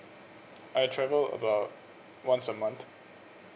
I travel about once a month